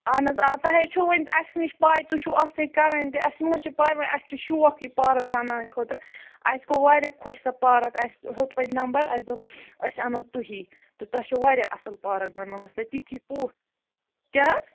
اہن حظ آ توہہِ حظ چھُو وٕنہِ اَسہِ نِش پاے تُہۍ چھُو اَتھ سۭتۍ کَران تہِ اَسہِ ما حظ چھِ پاے وۄنۍ اَسہِ چھِ شوق یہِ پارک بَناوٕنۍ خٲطرٕ اَسہِ گوٚو واریاہ خۄش سۄ پارک اَسہِ ہیوٚت وَنہِ نمبر اَسہِ دوٚپ أسۍ اَنو تُہی تہٕ تۄہہِ چھو واریاہ اَصٕل پارک بَنٲومٕژ تہٕ تِتھی کیٛاہ حظ